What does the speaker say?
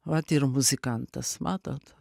vat ir muzikantas matot